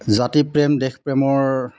জাতিপ্ৰেম দেশপ্ৰেমৰ